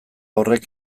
horrek